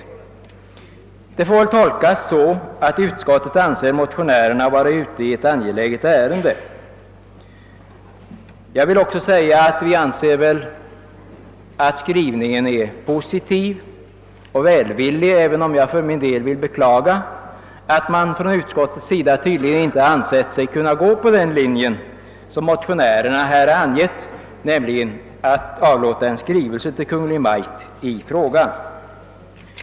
Detta får väl tolkas så, att utskottet anser motionärerna vara ute i angeläget ärende. Jag vill också säga att vi anser skrivningen positiv och välvillig, även om jag för min del vill beklaga att utskottet tydligen inte ansett sig kunna gå på den linje som motionärerna angivit, nämligen att avlåta en skrivelse till Kungl. Maj:t i frågan.